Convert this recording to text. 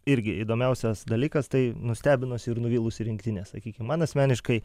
irgi įdomiausias dalykas tai nustebinusi ir nuvylusi rinktinė sakykim man asmeniškai